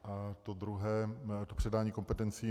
A to druhé, to předání kompetencí.